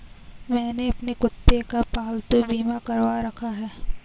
मैंने अपने कुत्ते का पालतू बीमा करवा रखा है